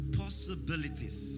possibilities